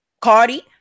Cardi